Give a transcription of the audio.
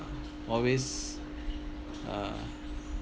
always uh